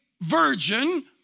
virgin